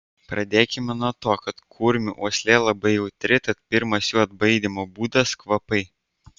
pradėkime nuo to kad kurmių uoslė labai jautri tad pirmas jų atbaidymo būdas kvapai